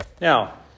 Now